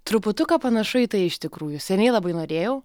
truputuką panašu į tai iš tikrųjų seniai labai norėjau